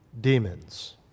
demons